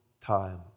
time